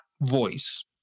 voice